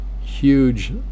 Huge